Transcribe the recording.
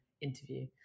interview